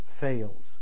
fails